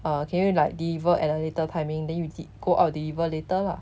uh can you like deliver at a later timing then you del~ go out deliver later lah